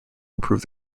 improve